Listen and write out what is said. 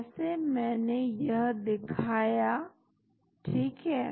जैसे मैंने यह दिखाया ठीक है